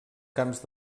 camps